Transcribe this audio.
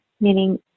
meaning